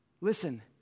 Listen